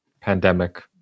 pandemic